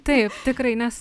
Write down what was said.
taip tikrai nes